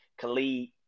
Khalid